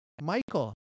Michael